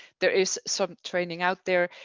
there is some training out there.